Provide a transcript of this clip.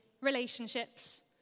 relationships